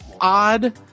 odd